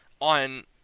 on